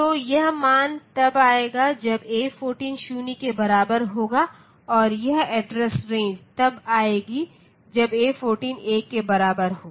तो यह मान तब आएगा जब A14 0 के बराबर होगा और यह एड्रेस रेंज तब आएगी जब A14 1 के बराबर होगा